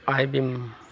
आइ बिमा